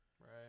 Right